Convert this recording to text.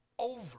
over